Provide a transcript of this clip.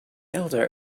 elder